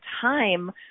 time